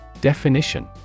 Definition